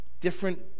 different